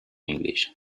english